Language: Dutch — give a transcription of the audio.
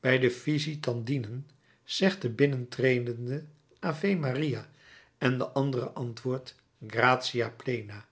bij de visitandinen zegt de binnentredende ave maria en de andere antwoordt gratiâ plena